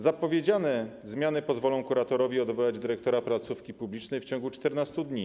Zapowiedziane zmiany pozwolą kuratorowi odwołać dyrektora placówki publicznej w ciągu 14 dni.